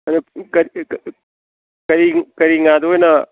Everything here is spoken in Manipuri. ꯀꯔꯤ ꯉꯥꯗ ꯑꯣꯏꯅ